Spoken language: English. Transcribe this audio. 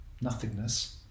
nothingness